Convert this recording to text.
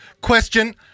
Question